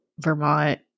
Vermont